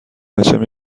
بچم